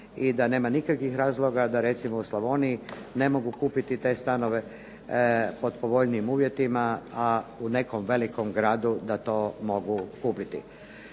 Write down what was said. i da nema nikakvih razloga da recimo u Slavoniji ne mogu kupiti te stanove pod povoljnijim uvjetima, a u nekom velikom gradu da to mogu kupiti.